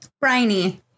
Briny